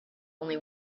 only